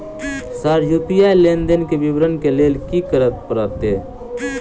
Sir UPI लेनदेन केँ विवरण केँ लेल की करऽ परतै?